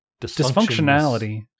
Dysfunctionality